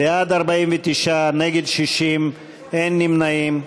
בעד, 49, נגד, 60, אין נמנעים.